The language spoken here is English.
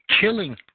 killing